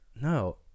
No